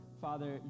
Father